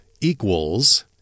equals